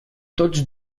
tots